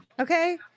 Okay